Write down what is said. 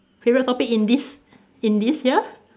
favourite topic in this in this year